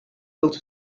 killed